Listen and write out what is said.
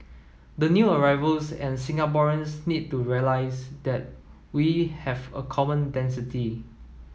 the new arrivals and Singaporeans need to realise that we have a common density